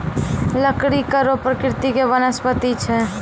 लकड़ी कड़ो प्रकृति के वनस्पति छै